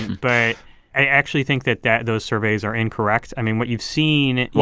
but i actually think that that those surveys are incorrect. i mean, what you've seen. why?